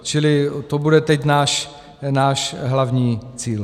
Čili to bude teď náš hlavní cíl.